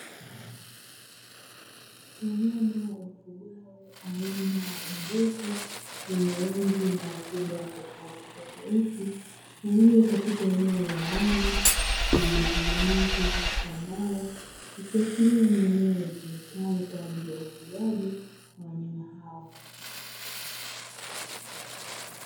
Wanyama wafugwao aina ya mbuzi wenye rangi na ukubwa tofautitofauti, walio katika eneo la ndani lililotengenezwa kwa mbao, ikiashiria ni eneo litumikalo kwa ajili ya ufugaji wa wanyama hao.